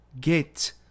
get